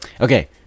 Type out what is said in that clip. Okay